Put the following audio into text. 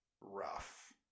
rough